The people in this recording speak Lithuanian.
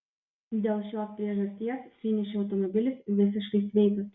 dėl šios priežasties finiše automobilis visiškai sveikas